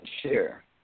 share